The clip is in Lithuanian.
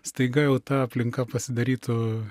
staiga jau ta aplinka pasidarytų